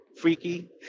freaky